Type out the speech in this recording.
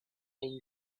been